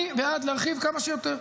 אני בעד להרחיב כמה שיותר.